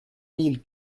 mille